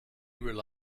rely